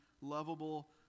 lovable